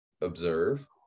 observe